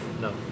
No